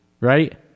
Right